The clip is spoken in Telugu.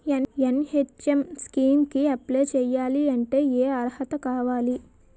ఎన్.హెచ్.ఎం స్కీమ్ కి అప్లై చేయాలి అంటే ఏ అర్హత కావాలి?